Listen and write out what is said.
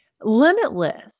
limitless